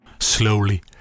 Slowly